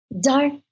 Dark